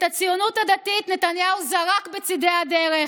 את הציונות הדתית נתניהו זרק בצידי הדרך.